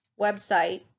website